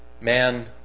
Man